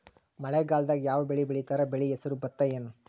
ಮಳೆಗಾಲದಾಗ್ ಯಾವ್ ಬೆಳಿ ಬೆಳಿತಾರ, ಬೆಳಿ ಹೆಸರು ಭತ್ತ ಏನ್?